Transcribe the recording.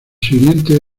siguientes